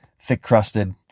thick-crusted